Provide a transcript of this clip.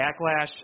backlash